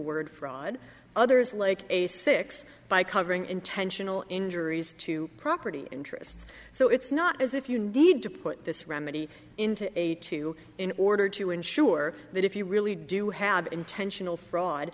word fraud others like a six by covering intentional injuries to property interests so it's not as if you need to put this remedy into a two in order to ensure that if you really do have intentional fraud